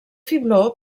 fibló